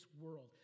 world